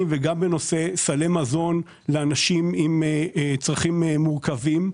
וגם בנושא סלי מזון לאנשים עם צרכים מורכבים.